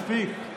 מספיק.